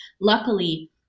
luckily